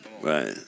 Right